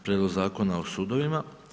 Prijedlog Zakona o sudovima.